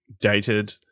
dated